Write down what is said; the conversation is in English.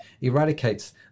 eradicates